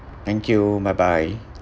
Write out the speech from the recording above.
thank you bye bye